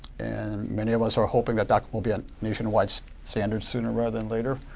and many of us are hoping that that will be a nationwide so standard, sooner rather than later.